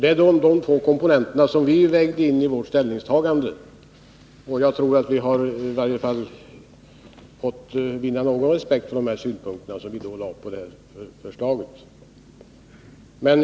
Det är de två komponenter som vi lade in i vårt ställningstagande, och jag tror att vi har vunnit åtminstone någon respekt för de synpunkter som vi framförde på förslaget i ärendet.